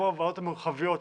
כמו הוועדות המרחביות,